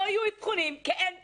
לא יהיו אבחונים כי אין פסיכולוגים.